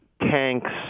tanks